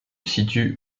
situe